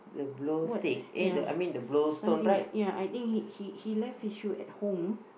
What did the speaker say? what ya something like ya I think he he left his shoe at home